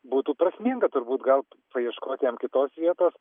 būtų prasminga turbūt gaut paieškoti jam kitos vietos